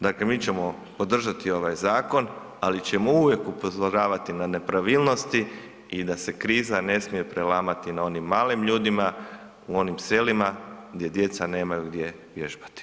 Dakle mi ćemo podržati ovaj zakon, ali ćemo uvijek upozoravati na nepravilnosti i da se kriza ne smije prelamati na onim malim ljudima, u onim selima gdje djeca nemaju gdje vježbati.